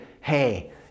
hey